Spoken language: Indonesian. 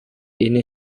ini